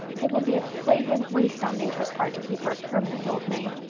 it would be a flagrant waste on nature's part to keep her a permanent old maid.